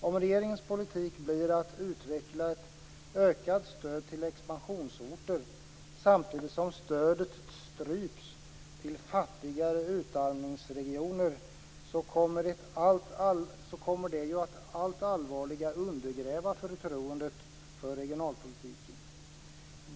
Om regeringens politik blir att utveckla ett ökat stöd till expansionsorter samtidigt som stödet stryps till fattigare utarmningsregioner kommer det att allvarligt undergräva förtroendet för regionalpolitiken.